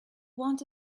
want